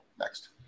Next